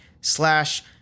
slash